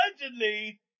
Allegedly